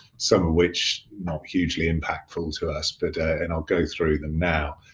some of which not hugely impactful to us, but ah and i'll go through them now.